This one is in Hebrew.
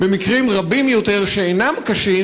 במקרים רבים יותר שאינם קשים,